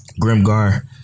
Grimgar